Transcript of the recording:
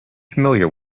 familiar